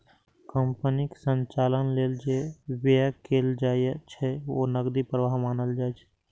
कंपनीक संचालन लेल जे व्यय कैल जाइ छै, ओ नकदी प्रवाह मानल जाइ छै